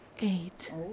eight